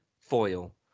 foil